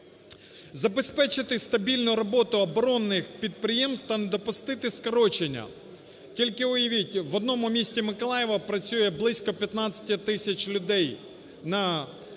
забезпечити стабільну роботу оборонних підприємств та не допустити скорочення. Тільки уявіть, в одному місті Миколаєві працює близько 15 тисяч людей на таких